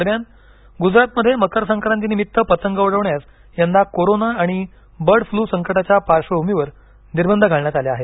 दरम्यान गुजरातमध्ये मकर संक्राती निमित पतंग उडवण्यास यंदा कोरोना आणि बर्ड फ्लू संकटाच्या पार्श्वभूमीवर निर्बंध घालण्यात आले आहेत